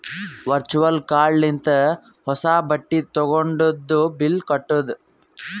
virtual card ಲಿಂತ ಹೊಸಾ ಬಟ್ಟಿದು ತಗೊಂಡಿದು ಬಿಲ್ ಕಟ್ಟುದ್